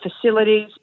facilities